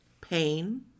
pain